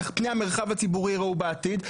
איך פני המרחב הציבורי ייראו בעתיד.